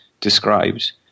describes